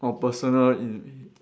or personal in~